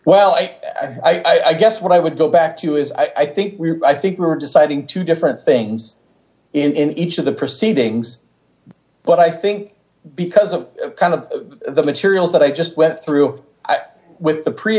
well i guess what i would go back to is i think we i think we're deciding two different things in each of the proceedings but i think because of the kind of the materials that i just went through with the pre